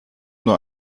nur